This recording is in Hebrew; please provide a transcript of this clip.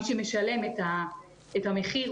מי שמשלם את המחיר,